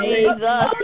Jesus